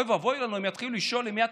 אוי ואבוי לנו אם יתחילו לשאול למי אתה